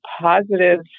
positive